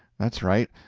that's right.